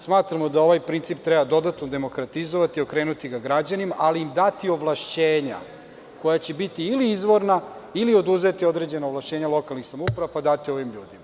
Smatramo da ovaj princip treba dodatno demokratizovati i okrenuti ga ka građanima, ali im dati ovlašćenja koja će biti ili izvorna ili oduzeti određena ovlašćenja lokalnih samouprava, pa dati ovim ljudima.